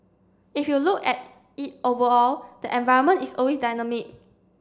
if you look at it overall the environment is always dynamic